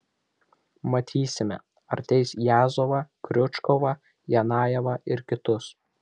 matysime ar teis jazovą kriučkovą janajevą ir kitus